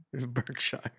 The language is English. Berkshire